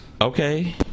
Okay